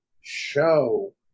show